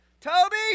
Toby